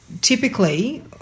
typically